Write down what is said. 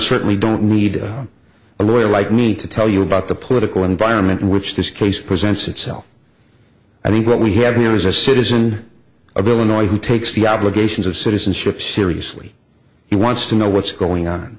certainly don't need a royal like me to tell you about the political environment in which this case presents itself i think what we have here is a citizen of illinois who takes the obligations of citizenship seriously he wants to know what's going on